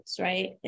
right